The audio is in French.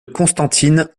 constantine